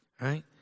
Right